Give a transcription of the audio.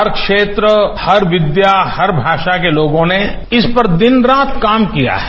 हर क्षेत्र हर विद्या हर भाषा के लोगों ने इस पर दिन रात काम किया है